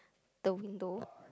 the window